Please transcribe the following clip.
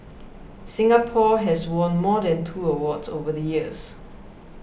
Singapore has won more than two awards over the years